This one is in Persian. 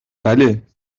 بله